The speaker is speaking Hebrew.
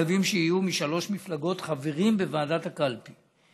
חייבים שיהיו חברים בוועדת הקלפי משלוש מפלגות.